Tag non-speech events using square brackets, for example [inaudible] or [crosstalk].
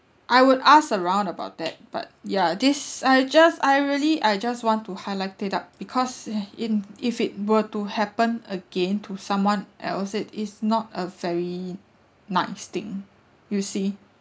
I would ask around about that but ya this I just I really I just want to highlight it up because [noise] in if it were to happen again to someone else it is not a very nice thing you see